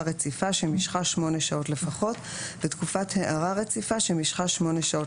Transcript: רציפה שמשכה שמונה שעות לפחות ותקופת ההארכה רציפה שמשכה שמונה שעות